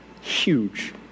huge